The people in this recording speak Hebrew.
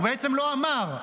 הוא בעצם לא אמר,